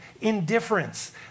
indifference